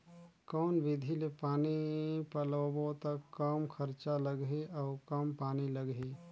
कौन विधि ले पानी पलोबो त कम खरचा लगही अउ कम पानी लगही?